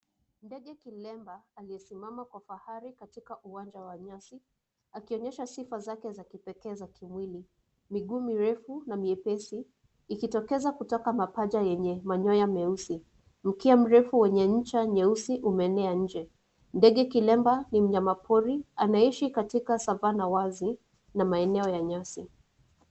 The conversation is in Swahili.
Ndege kilemba aliyesimama kwa fahari katika uwanja wa nyasi, akionyesha sifa zake za kipekee za kimwili, miguu mirefu na miepesi ikitokeza kutoka mapaja yenye manyoya meusi, mkia mrefu wenye ncha nyeusi umeenea nje, ndege kilemba ni mnyama posi, anaishi katika savannah wazi na maeneo nyasi.